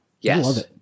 Yes